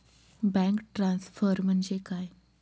Bank transfer म्हणजे काय?